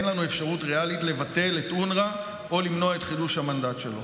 אין לנו אפשרות ריאלית לבטל את אונר"א או למנוע את חידוש המנדט שלו.